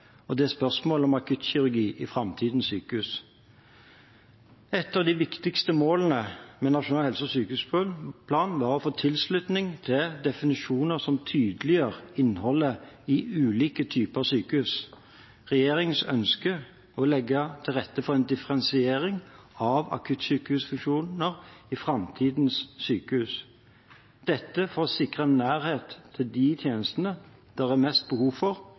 og det er spørsmålet om akuttkirurgi i framtidens sykehus. Et av de viktigste målene med Nasjonal helse- og sykehusplan var å få tilslutning til definisjoner som tydeliggjør innholdet i ulike typer sykehus. Regjeringens ønske er å legge til rette for en differensiering av akuttsykehusfunksjoner i framtidens sykehus – dette for å sikre nærhet til de tjenestene det er mest behov for,